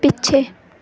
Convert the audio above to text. ਪਿੱਛੇ